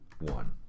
one